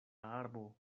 arbo